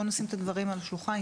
בוא נשים את הדברים על השולחן,